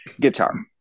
Guitar